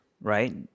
right